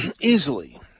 easily